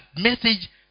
message